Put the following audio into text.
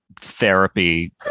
therapy